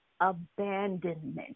abandonment